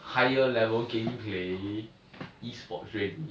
higher level gameplay esports already